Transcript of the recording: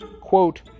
quote